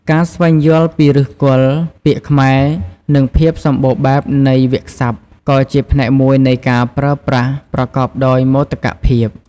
ការស្វែងយល់ពីឫសគល់ពាក្យខ្មែរ និងភាពសម្បូរបែបនៃវាក្យសព្ទ ក៏ជាផ្នែកមួយនៃការប្រើប្រាស់ប្រកបដោយមោទកភាព។